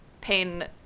pain